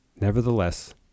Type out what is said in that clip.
Nevertheless